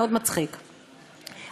מצחיק מאוד.